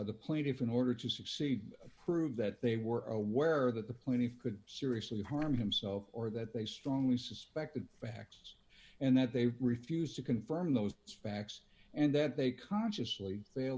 the plaintiff in order to succeed prove that they were aware of the point of could seriously harm himself or that they strongly suspect the facts and that they refused to confirm those facts and that they consciously